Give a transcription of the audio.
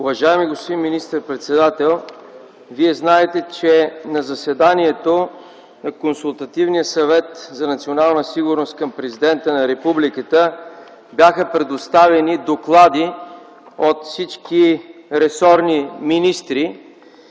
Уважаеми господин министър-председател, Вие знаете, че на заседанието на Консултативния съвет за национална сигурност към Президента на Републиката бяха предоставени доклади от всички ресорни министри